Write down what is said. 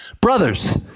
Brothers